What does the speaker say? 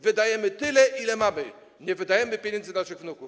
Wydajemy tyle, ile mamy, nie wydajemy pieniędzy naszych wnuków.